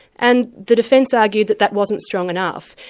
and the defence argued that that wasn't strong enough.